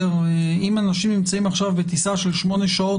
אם אנשים נמצאים עכשיו בטיסה של שמונה שעות